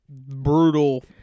Brutal